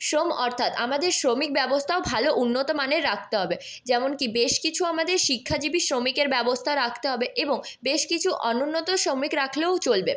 শ্রম অর্থাৎ আমাদের শ্রমিক ব্যবস্থাও ভালো উন্নত মানের রাখতে হবে যেমন কি বেশ কিছু আমাদের শিক্ষাজীবী শ্রমিকের ব্যবস্থা রাখতে হবে এবং বেশ কিছু অনুন্নত শ্রমিক রাখলেও চলবে